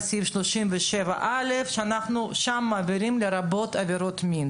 סעיף 37(א) שם אנחנו אומרים "לרבות עבירות מין".